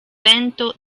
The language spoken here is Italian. vento